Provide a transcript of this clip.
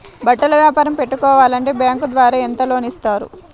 బట్టలు వ్యాపారం పెట్టుకోవాలి అంటే బ్యాంకు ద్వారా ఎంత లోన్ ఇస్తారు?